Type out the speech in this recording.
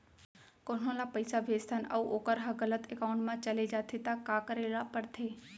कोनो ला पइसा भेजथन अऊ वोकर ह गलत एकाउंट में चले जथे त का करे ला पड़थे?